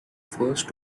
first